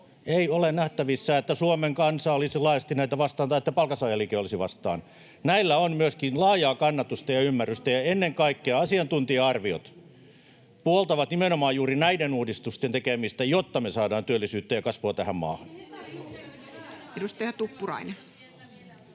ei ole nähtävissä, että Suomen kansa olisi laajasti näitä vastaan tai että palkansaajaliike olisi vastaan. Näillä on myöskin laajaa kannatusta ja ymmärrystä. Ja ennen kaikkea asiantuntija-arviot puoltavat nimenomaan juuri näiden uudistusten tekemistä, jotta me saadaan työllisyyttä ja kasvua tähän maahan. [Speech